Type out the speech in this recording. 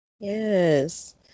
Yes